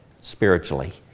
spiritually